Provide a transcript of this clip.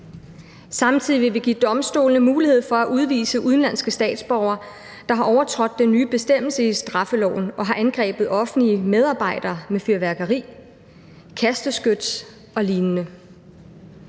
Samtidig vil vi give domstolene mulighed for at udvise udenlandske statsborgere, der har overtrådt den nye bestemmelse i straffeloven og har angrebet offentlige medarbejdere med fyrværkeri, kasteskyts og lignende.